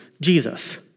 Jesus